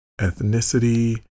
ethnicity